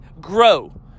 grow